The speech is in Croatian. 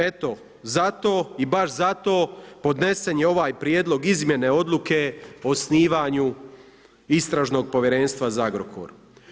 Eto, zato, i baš zato, podnesen je ovaj prijedlog izmjene odluke o osnivanju Istražnog povjerenstva za Agrokor.